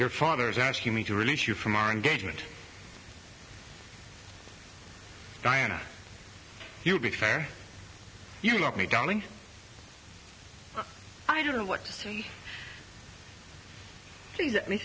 your father's asking me to release you from our engagement diana you would be fair you love me darling i don't know what